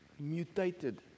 mutated